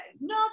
no